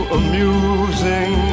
amusing